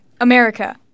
America